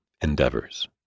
endeavors